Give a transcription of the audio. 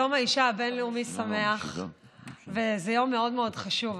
יום האישה הבין-לאומי שמח זה יום מאוד מאוד חשוב,